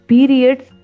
Periods